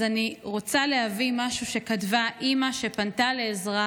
אז אני רוצה להביא משהו שכתבה אימא שפנתה לעזרה